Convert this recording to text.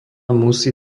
musí